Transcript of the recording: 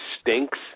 stinks